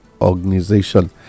organization